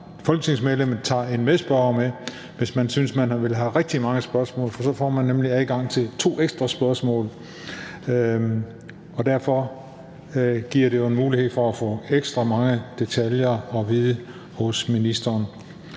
folketingsmedlem tager en medspørger med, hvis man synes, at man vil have mulighed for rigtig mange spørgsmål. For så får man nemlig adgang til to ekstra spørgsmål, og derfor giver det jo en mulighed for at få ekstra mange detaljer at vide hos ministeren.